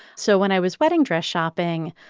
so when i was wedding dress shopping,